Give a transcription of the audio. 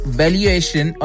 valuation